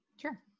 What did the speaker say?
Sure